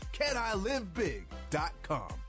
CanILiveBig.com